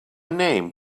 name